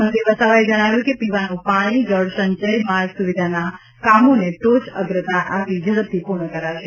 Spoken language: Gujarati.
મંત્રી વસાવાએ જણાવ્યું કે પીવાનું પાણી જળસંચય માર્ગ સુવિધાના કામોને ટોચ અગ્રતા આપી ઝડપથી પૂર્ણ કરાશે